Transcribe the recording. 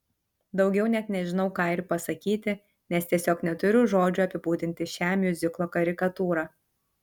daugiau net nežinau ką ir pasakyti nes tiesiog neturiu žodžių apibūdinti šią miuziklo karikatūrą